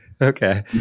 okay